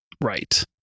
right